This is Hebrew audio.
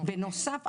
בנוסף,